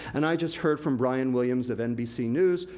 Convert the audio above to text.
and i just heard from brian williams, of nbc news,